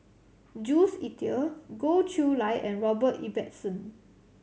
Jules Itier Goh Chiew Lye and Robert Ibbetson